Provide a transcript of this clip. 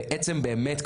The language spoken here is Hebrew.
בעצם באמת,